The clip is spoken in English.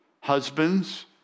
Husbands